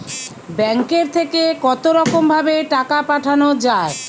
ব্যাঙ্কের থেকে কতরকম ভাবে টাকা পাঠানো য়ায়?